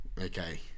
Okay